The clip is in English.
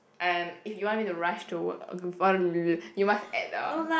and if you want me to rush to work you must add the